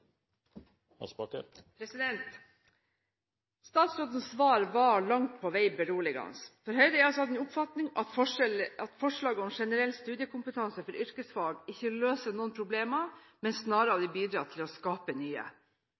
altså av den oppfatning at forslaget om generell studiekompetanse for yrkesfag ikke løser noen problemer, men snarere bidrar til å skape nye.